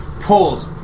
pulls